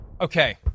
Okay